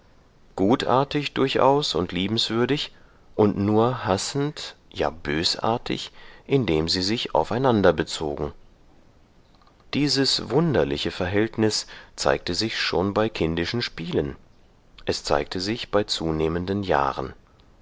gutartig durchaus und liebenswürdig und nur hassend ja bösartig indem sie sich aufeinander bezogen dieses wunderliche verhältnis zeigte sich schon bei kindischen spielen es zeigte sich bei zunehmenden jahren